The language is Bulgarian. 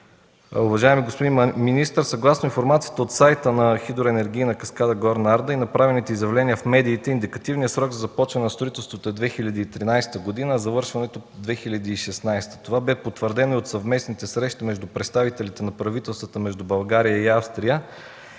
Уважаеми господин министър, съгласно информацията от сайта на Хидроенергийна каскада „Горна Арда” и направените изявления в медиите индикативният срок за започване на строителството е 2013 г., а завършването – 2016 г. Това бе потвърдено и от съвместните срещи между представителите на правителствата на България и Австрия.